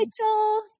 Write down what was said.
Rachel